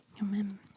Amen